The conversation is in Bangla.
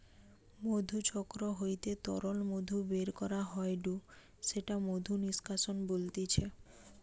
মধুচক্র হইতে তরল মধু বের করা হয়ঢু সেটা মধু নিষ্কাশন বলতিছে